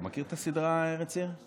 אתה מכיר את הסדרה "ארץ עיר"?